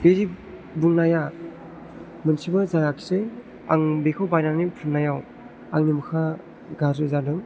बिदि बुंनाया मोनसेबो जायाखिसै आं बेखौ बायनानै फुननायाव आंनि मोखाङा गाज्रि जादों